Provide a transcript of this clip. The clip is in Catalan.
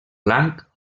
blanc